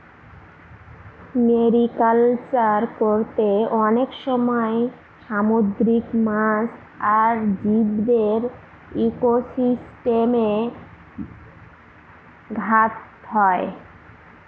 mariculture করতে অনেক সময় সামুদ্রিক মাছ আর জীবদের ইকোসিস্টেমে ঘাত হয়